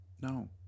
No